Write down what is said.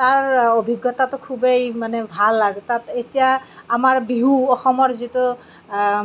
তাৰ অভিজ্ঞতাটো মানে খুবেই ভাল আৰু তাত এতিয়া আমাৰ বিহু অসমৰ যিটো